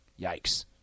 Yikes